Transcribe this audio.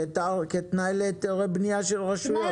כתנאי להיתרי בנייה של הרשויות.